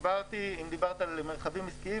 אם דיברת על מרחבים עסקיים,